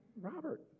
Robert